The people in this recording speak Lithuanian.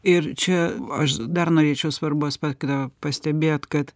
ir čia aš dar norėčiau svarbų aspektą pastebėt kad